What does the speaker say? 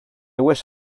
wish